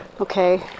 okay